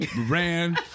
ran